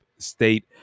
state